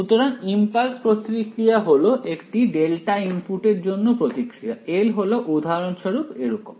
সুতরাং ইম্পালস প্রতিক্রিয়া হল একটি ডেল্টা ইনপুট এর জন্য প্রতিক্রিয়া L হল উদাহরণস্বরূপ এরকম